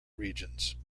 regions